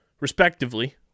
Respectively